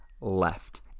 left